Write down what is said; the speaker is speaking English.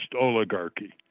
oligarchy